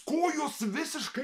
kojos visiškai